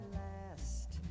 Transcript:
last